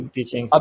Teaching